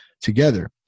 together